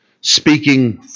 speaking